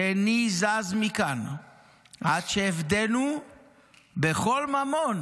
שאיני זז מכאן עד שאפדנו בכל ממון